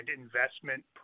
investment